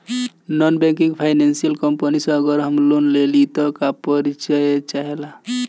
Non banking financial company से अगर हम लोन लि त का का परिचय चाहे ला?